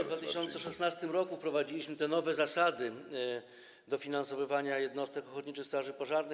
W 2016 r. wprowadziliśmy te nowe zasady dofinansowywania jednostek ochotniczych straży pożarnych.